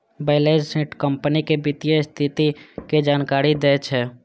balance sheet company के वित्तीय स्थिति के जानकारी दै छै